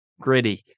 gritty